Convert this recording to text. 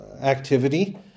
activity